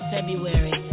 February